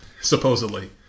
supposedly